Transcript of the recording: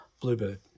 Bluebird